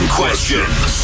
questions